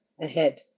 ahead